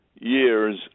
years